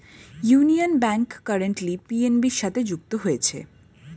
union Bank currently PNB সাথে যুক্ত হয়েছে